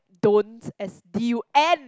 don't as D U N